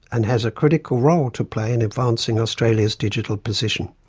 and has a critical role to play in advancing australia's digital position.